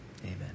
Amen